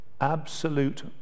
absolute